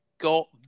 got